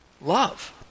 love